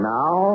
now